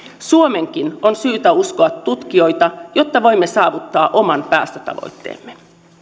suomenkin on syytä uskoa tutkijoita jotta voimme saavuttaa oman päästötavoitteemme